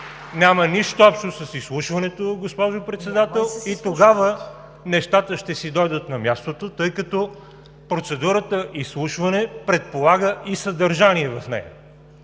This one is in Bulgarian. няма нищо общо с изслушването, госпожо Председател. Тогава нещата ще си дойдат на мястото, тъй като процедурата „изслушване“ предполага и съдържание в него.